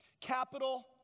Capital